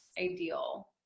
ideal